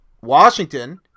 Washington